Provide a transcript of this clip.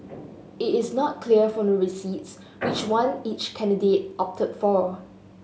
it is not clear from the receipts which one each candidate opted for